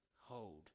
hold